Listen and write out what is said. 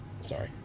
Sorry